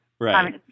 Right